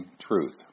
truth